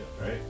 right